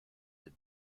did